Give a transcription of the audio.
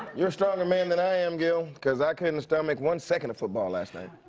you're a stronger man than i am, gill, because i couldn't stomach one second of football last night.